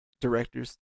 directors